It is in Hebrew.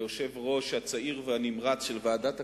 היושב-ראש הצעיר והנמרץ של ועדת הכלכלה,